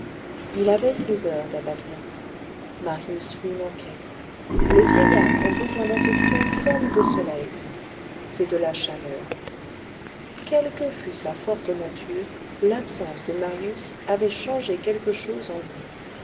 il avait ses heures d'abattement marius lui manquait les vieillards ont besoin d'affections comme de soleil c'est de la chaleur quelle que fût sa forte nature l'absence de marius avait changé quelque chose en lui